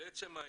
לעצם העניין,